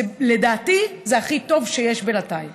לדעתי זה הכי טוב שיש בינתיים.